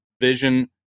vision